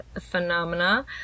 phenomena